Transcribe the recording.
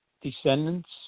descendants